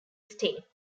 state